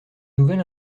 nouvelle